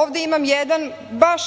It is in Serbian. ovde imam jedan baš